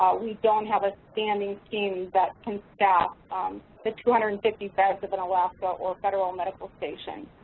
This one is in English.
we don't have a standing team that can staff the two hundred and fifty beds within alaska or a federal medical station.